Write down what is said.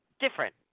different